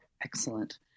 Excellent